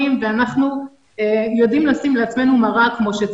ואנחנו יודעים לשים לעצמנו מראה כמו שצריך,